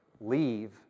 leave